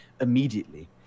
immediately